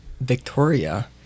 Victoria